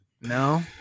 no